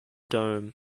dome